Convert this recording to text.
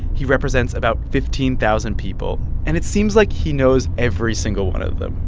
he represents about fifteen thousand people, and it seems like he knows every single one of them.